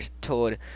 told